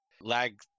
lag